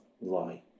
lie